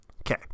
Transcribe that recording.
Okay